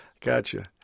Gotcha